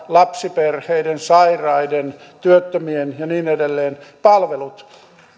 lapsiperheiden sairaiden työttömien ja niin edelleen palvelut